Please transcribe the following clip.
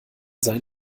sein